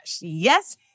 Yes